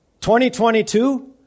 2022